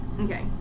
Okay